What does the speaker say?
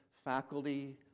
Faculty